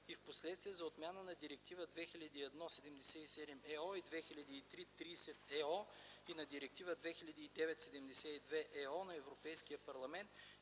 и в последствие за отмяна на директиви 2001/77/ЕО и 2003/30/ЕО и на Директива 2009/72/ЕО на Европейския парламент